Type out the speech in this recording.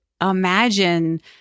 imagine